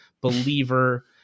believer